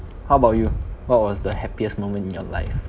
how about you what was the happiest moment in your life